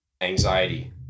Anxiety